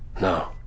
No